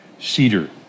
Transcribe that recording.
cedar